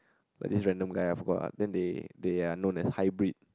like this random guy ah I forgot ah then they they are known as hybrid